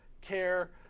care